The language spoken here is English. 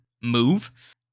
move